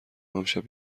امشب